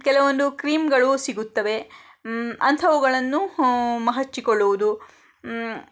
ಕೆಲವೊಂದು ಕ್ರೀಮ್ಗಳು ಸಿಗುತ್ತವೆ ಅಂಥವುಗಳನ್ನು ಹಚ್ಚಿಕೊಳ್ಳುವುದು